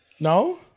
No